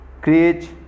create